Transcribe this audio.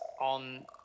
on